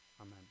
Amen